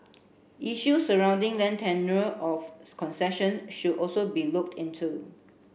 issue surrounding land tenure of concession should also be looked into